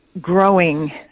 growing